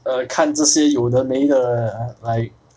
err 看这些有的没的 like